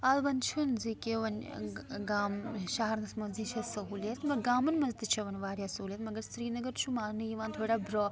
اَدٕ وۄنۍ چھُنہٕ زِ کہِ وۄنۍ گام شَہرَس منٛزٕے چھِ سہوٗلیت مگر گامَن منٛز تہِ چھِ وۄنۍ واریاہ سہوٗلیت مگر سرینَگر چھُ ماننہٕ یِوان تھوڑا برٛوٛا